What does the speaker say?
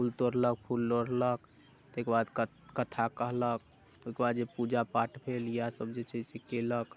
फूल तोड़लक फूल लोढ़लक ताहिके बाद क कथा कहलक ओहिके बाद जे पूजा पाठ भेल इएह सभ जे छै से कयलक